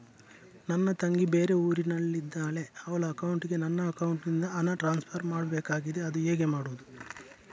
ನನ್ನ ತಂಗಿ ಬೇರೆ ಊರಿನಲ್ಲಿದಾಳೆ, ಅವಳ ಅಕೌಂಟಿಗೆ ನನ್ನ ಅಕೌಂಟಿನಿಂದ ಹಣ ಟ್ರಾನ್ಸ್ಫರ್ ಮಾಡ್ಬೇಕಾಗಿದೆ, ಅದು ಹೇಗೆ ಮಾಡುವುದು?